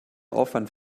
aufwand